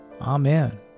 Amen